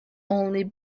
only